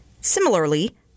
Similarly